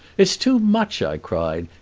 it's too much, i cried.